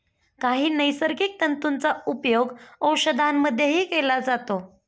काही नैसर्गिक तंतूंचा उपयोग औषधांमध्येही केला जातो